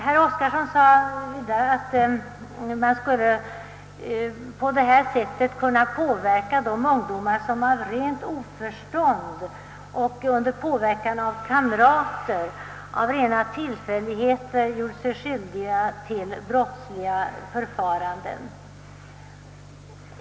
Herr Oskarson sade, att man genom kortvarigt frihetsberövande skulle kunna påverka de ungdomar som av oförstånd och under inflytande av kamrater och rena tillfälligheter gjort sig skyldiga till brottsliga förfaranden.